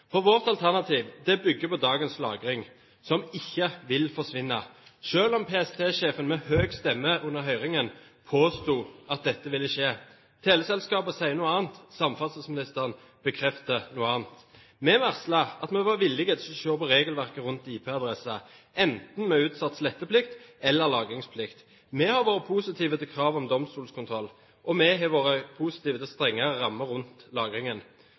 alvor. Vårt alternativ bygger på dagens lagring, som ikke vil forsvinne, selv om PST-sjefen med høy stemme under høringen påsto at dette ville skje. Teleselskapene sier noe annet. Samferdselsministeren bekrefter noe annet. Vi varslet at vi var villige til å se på regelverket rundt IP-adresser, enten med utsatt sletteplikt eller lagringsplikt. Vi har vært positive til krav om domstolskontroll, og vi har vært positive til strengere rammer rundt lagringen.